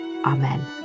Amen